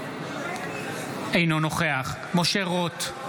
אינו נוכח משה רוט,